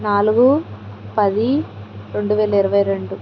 నాలుగు పది రెండువేల ఇరవై రెండు